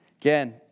Again